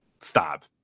Stop